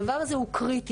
הדבר הזה הוא קריטי.